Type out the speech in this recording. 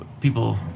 people